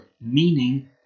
Meaning